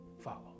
follow